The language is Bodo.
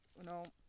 उनाव